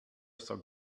some